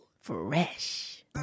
Fresh